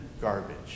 garbage